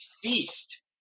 feast